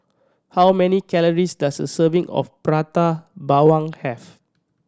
how many calories does a serving of Prata Bawang have